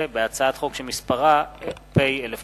הצעת חוק חינוך ממלכתי (תיקון, הארכת כהונה),